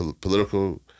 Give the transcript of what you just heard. political